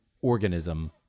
organism